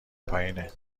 پایینه